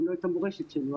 ולא את המורשת שלו,